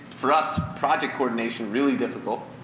for us, project coordination really difficult.